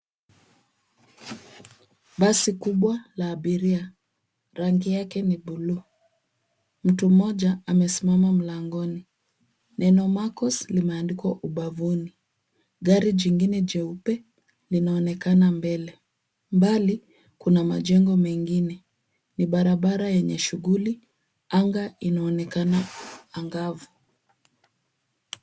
Basi kubwa la abiria. Rangi yake ni bluu. Mtu mmoja amesimama mlangoni. Neno Marcos limeandikwa ubavuni. Gari jingine jeupe linaonekana mbele. Mbali, kuna majengo mengine. Ni barabara yenye shughuli. Anga inaonekana angavu.